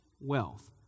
wealth